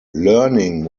learning